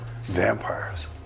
vampires